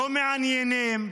לא מעניינים,